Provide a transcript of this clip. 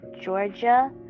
Georgia